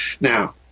now